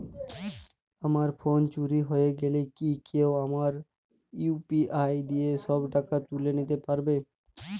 আমার ফোন চুরি হয়ে গেলে কি কেউ আমার ইউ.পি.আই দিয়ে সব টাকা তুলে নিতে পারবে?